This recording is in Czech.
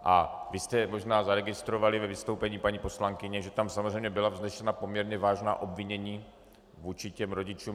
A vy jste možná zaregistrovali ve vystoupení paní poslankyně, že tam samozřejmě byla vznesena poměrně vážná obvinění vůči rodičům.